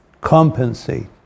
compensate